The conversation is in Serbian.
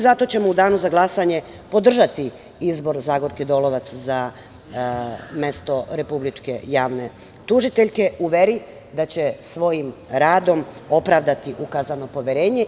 Zato ćemo u danu za glasanje, podržati izbor Zagorke Dolovac, za mesto republičke javne tužiteljke, u veri da će svojim radom opravdati ukazano poverenje.